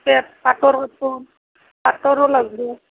set পাটৰ কাপোৰ পাটৰো লাগিব